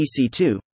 EC2